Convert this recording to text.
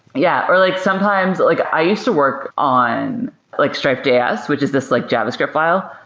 yeah, or like sometimes like i used to work on like stripe js, which is this like javascript file,